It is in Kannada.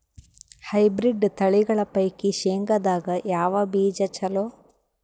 ಹೈಬ್ರಿಡ್ ತಳಿಗಳ ಪೈಕಿ ಶೇಂಗದಾಗ ಯಾವ ಬೀಜ ಚಲೋ?